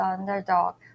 Underdog